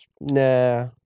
nah